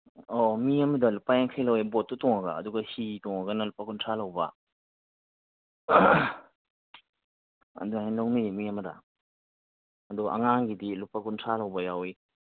ꯑꯧ ꯃꯤ ꯑꯃꯗ ꯂꯨꯄꯥ ꯌꯥꯡꯈꯩ ꯂꯧꯋꯦ ꯕꯣꯠꯇ ꯇꯣꯉꯒ ꯑꯗꯨꯒ ꯍꯤ ꯇꯣꯡꯉꯒꯅ ꯂꯨꯄꯥ ꯀꯨꯟꯊ꯭ꯔꯥ ꯂꯧꯕ ꯑꯗꯨꯃꯥꯏ ꯂꯧꯅꯩ ꯃꯤ ꯑꯃꯗ ꯑꯗꯨ ꯑꯉꯥꯡꯒꯤꯗꯤ ꯂꯨꯄꯥ ꯀꯨꯟꯊ꯭ꯔꯥ ꯂꯧꯕ ꯌꯥꯎꯋꯤ